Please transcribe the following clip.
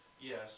Yes